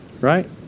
Right